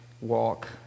walk